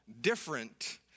different